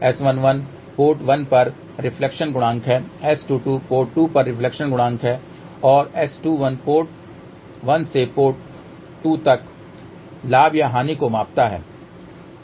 S11 port 1 पर reflection गुणांक है S22 पोर्ट 2 पर रिफ्लेक्शन गुणांक है और S21 पोर्ट 1 से पोर्ट 2 तक लाभ या हानि को मापता है है